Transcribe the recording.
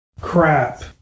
crap